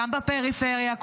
גם בפריפריה,